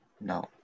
no